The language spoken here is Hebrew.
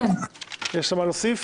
יש לך מה להוסיף?